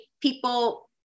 people